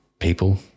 people